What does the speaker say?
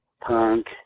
punk